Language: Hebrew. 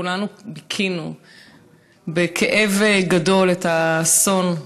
כולנו ביכינו בכאב גדול את האסון,